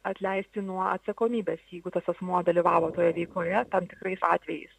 atleisti nuo atsakomybės jeigu tas asmuo dalyvavo toje veikoe tam tikrais atvejais